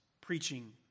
preaching